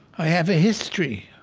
i have a history.